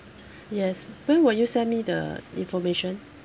yes when will you send me the information